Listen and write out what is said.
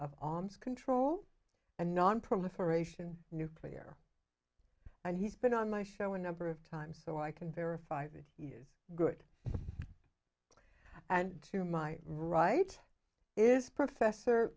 of control and nonproliferation nuclear and he's been on my show a number of times so i can verify that you are good and to my right is professor